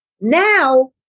now